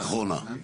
ואחרונה.